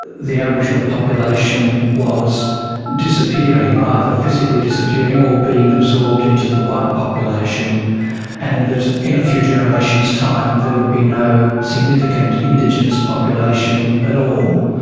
the aboriginal population was disappearing either physically disappearing or being absorbed into the white population and that in a few generations' time there would be no significant indigenous population at all.